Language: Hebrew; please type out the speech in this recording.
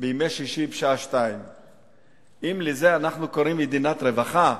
בימי שישי בשעה 14:00. אם לזה אנחנו קוראים מדינת רווחה,